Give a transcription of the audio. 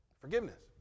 Forgiveness